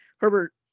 Herbert